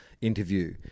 interview